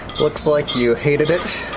looks like you hated it.